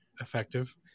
effective